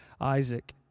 Isaac